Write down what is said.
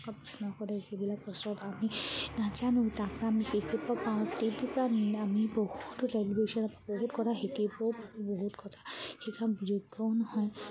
সেইবিলাকত প্ৰশ্ন সুধে যিবিলাক বস্ত আমি নাজানো তাৰপৰা আমি শিকিব পাৰোঁ টি ভিৰপৰা আমি বহুতো টেলিভিশ্যনত বহুত কথা শিকিবও পাৰোঁ বহুত কথা শিকা যোগ্যও নহয়